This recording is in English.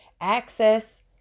access